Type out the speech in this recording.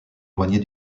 éloignés